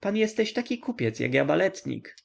pan jesteś taki kupiec jak ja baletnik